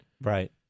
Right